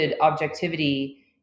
objectivity